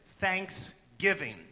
thanksgiving